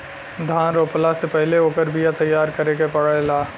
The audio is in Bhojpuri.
धान रोपला से पहिले ओकर बिया तैयार करे के पड़ेला